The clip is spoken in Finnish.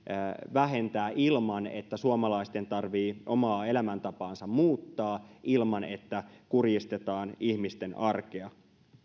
vähentää ilman että suomalaisten tarvitsee omaa elämäntapaansa muuttaa ilman että kurjistetaan ihmisten arkea